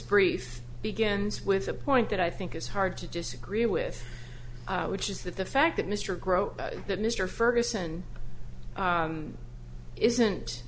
brief begins with a point that i think is hard to disagree with which is that the fact that mr gross that mr ferguson isn't